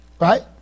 right